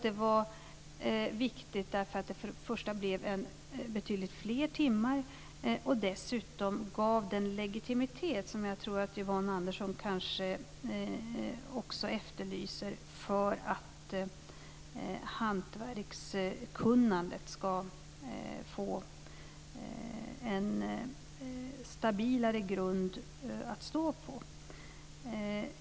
Det var viktigt därför att det för det första blev betydligt fler timmar, och för det andra gav den legitimitet som jag tror att Yvonne Andersson efterlyser. Hantverkskunnandet fick då en stabilare grund att stå på.